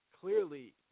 clearly